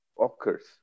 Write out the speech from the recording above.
occurs